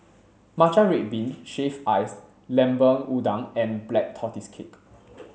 matcha red bean shaved ice lemper udang and black tortoise cake